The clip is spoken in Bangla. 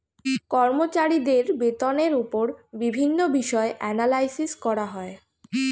কর্মচারীদের বেতনের উপর বিভিন্ন বিষয়ে অ্যানালাইসিস করা হয়